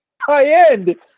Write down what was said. high-end